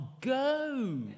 go